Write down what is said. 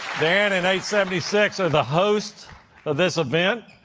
dan and seventy six are the hosts of this event.